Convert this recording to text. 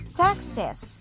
taxes